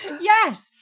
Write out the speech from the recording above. Yes